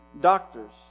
doctors